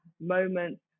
moments